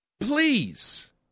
Please